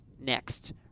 next